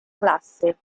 classe